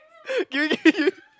give me give you